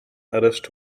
arrest